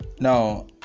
Now